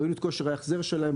ראינו את כושר ההחזר שלהם.